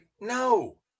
No